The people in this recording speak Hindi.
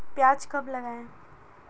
प्याज कब लगाएँ?